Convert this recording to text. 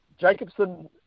Jacobson